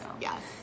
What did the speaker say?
Yes